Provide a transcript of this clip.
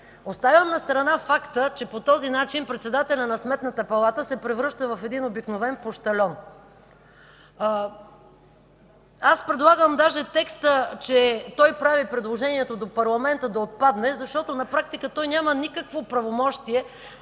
Оставям на страна факта, че по този начин председателят на Сметната палата се превръща в един обикновен пощальон. Предлагам даже текстът, че той прави предложението до парламента да отпадне, защото на практика той няма никакво правомощие,